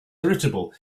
irritable